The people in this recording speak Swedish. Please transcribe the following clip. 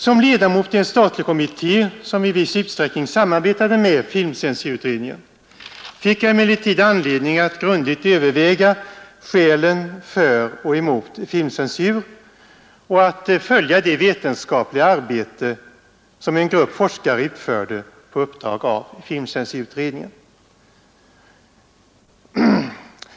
Som ledamot i en statlig kommitté som i viss utsträckning samarbetade med filmcensurutredningen fick jag emellertid anledning att grundligt överväga skälen för och emot filmcensur och att följa det vetenskapliga arbete som en grupp forskare utförde på uppdrag av filmcensurutredningen.